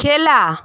খেলা